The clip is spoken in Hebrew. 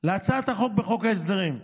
להצעת החוק בחוק ההסדרים.